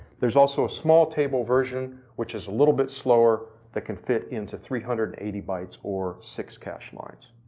there's also a small table version which is a little bit slower they can fit into three hundred and eighty bytes or six cache lines.